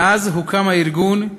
מאז הוקם הארגון,